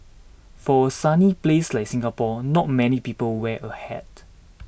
for a sunny place like Singapore not many people wear a hat